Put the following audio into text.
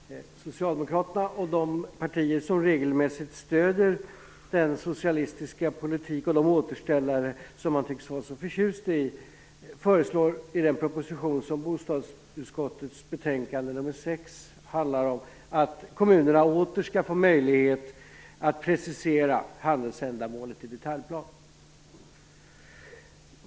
Fru talman! Socialdemokraterna och de partier som regelmässigt stöder den socialistiska politik och de återställare som man tycks vara så förtjust i, föreslår i den proposition som bostadsutskottets betänkande nr 6 handlar om att kommunerna åter skall få möjlighet att precisera handelsändamålet i detaljplan.